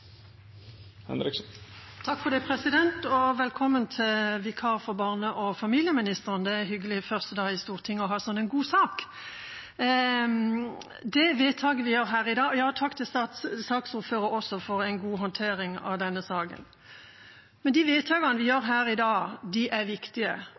Velkommen til vikaren for barne- og familieministeren! Det er hyggelig første dag i Stortinget å ha en så god sak. Takk også til saksordføreren for en god håndtering av denne saken. De vedtakene vi gjør her i dag, er viktige. Jeg vil gi honnør til